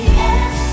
yes